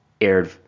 aired